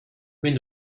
wenn